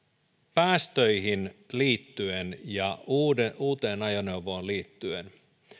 päästöihin liittyen ja uuteen ajoneuvoon liittyen